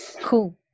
cool